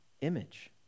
image